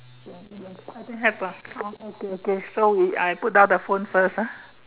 ya ya I think have ah okay okay so we I put down the phone first ah